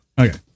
Okay